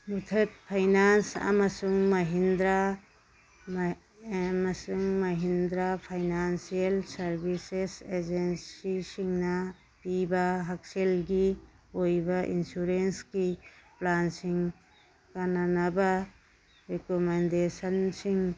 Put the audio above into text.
ꯃꯨꯊꯠ finance ꯑꯃꯁꯨꯡ ꯃꯍꯤꯟꯗ꯭ꯔꯥ ꯑꯃꯁꯨꯡ Mahindra finance services ꯑꯦꯖꯦꯟꯁꯤꯁꯤꯡꯅ ꯄꯤꯕ ꯍꯛꯁꯦꯜꯒꯤ ꯑꯣꯏꯕ ꯏꯟꯁꯨꯔꯦꯟꯁꯀꯤ ꯄ꯭ꯂꯥꯟꯁꯤꯡ ꯀꯥꯟꯅꯅꯕ ꯔꯤꯀꯃꯦꯟꯗꯦꯁꯟꯁꯤꯡ